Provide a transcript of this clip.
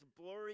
blurry